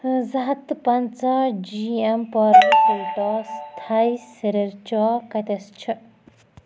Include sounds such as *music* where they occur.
زٕ ہَتھ تہٕ پنٛژاہ جی ایم *unintelligible* سُلٹس تھَے سِرر چا کتٮ۪س چھِ